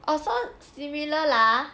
oh so similar lah